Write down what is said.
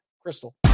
Crystal